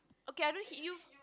okay I don't hit you